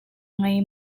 ngei